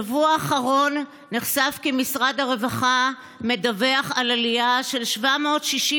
בשבוע האחרון נחשף כי משרד הרווחה מדווח על עלייה של